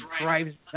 drives